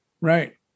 right